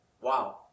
wow